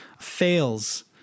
fails